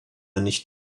nicht